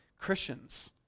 Christians